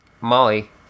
Molly